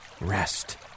rest